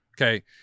Okay